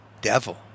devil